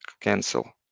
cancel